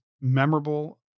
memorable